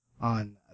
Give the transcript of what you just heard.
on